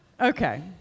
Okay